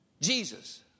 Jesus